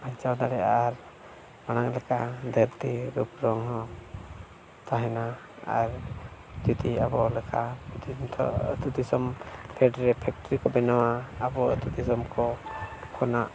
ᱵᱟᱧᱪᱟᱣ ᱫᱟᱲᱮᱭᱟᱜᱼᱟ ᱟᱨ ᱢᱟᱲᱟᱝ ᱞᱮᱠᱟ ᱫᱷᱟᱹᱨᱛᱤ ᱨᱩᱯ ᱨᱚᱝ ᱦᱚᱸ ᱛᱟᱦᱮᱱᱟ ᱟᱨ ᱡᱩᱫᱤ ᱟᱵᱚ ᱞᱮᱠᱟ ᱱᱤᱛᱚᱜ ᱟᱹᱛᱩ ᱫᱤᱥᱚᱢ ᱯᱷᱮᱰ ᱨᱮ ᱯᱷᱮᱠᱴᱨᱤ ᱠᱚ ᱵᱮᱱᱟᱣᱟ ᱟᱵᱚ ᱟᱹᱛᱩ ᱫᱤᱥᱚᱢ ᱠᱚ ᱠᱷᱚᱱᱟᱜ